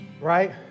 right